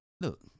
Look